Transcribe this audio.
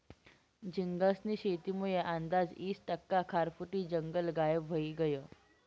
झींगास्नी शेतीमुये आंदाज ईस टक्का खारफुटी जंगल गायब व्हयी गयं